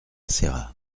serra